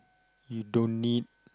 you don't need